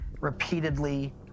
repeatedly